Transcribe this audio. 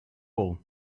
all